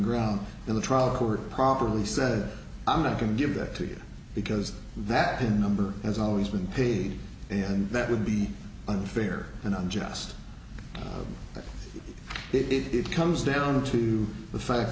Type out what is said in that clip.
ground in the trial court properly said i'm not going to give that to you because that hit number has always been paid and that would be unfair and unjust but it comes down to the fact